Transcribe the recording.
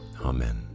Amen